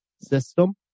system